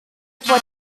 vor